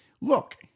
look